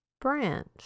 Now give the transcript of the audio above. branch